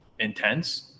intense